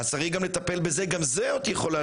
זאת נקודת מוצא.